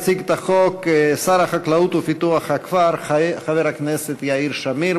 יציג את החוק שר החקלאות ופיתוח הכפר חבר הכנסת יאיר שמיר.